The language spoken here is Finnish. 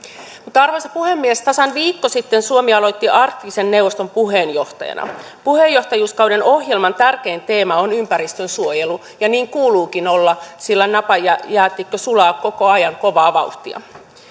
arvoisa puhemies tasan viikko sitten suomi aloitti arktisen neuvoston puheenjohtajana puheenjohtajuuskauden ohjelman tärkein teema on ympäristönsuojelu ja niin kuuluukin olla sillä napajäätikkö sulaa koko ajan kovaa vauhtia